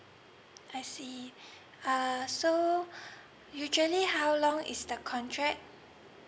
I see uh so usually how long is the contract